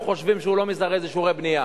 חושבים שהוא לא מזרז אישורי בנייה,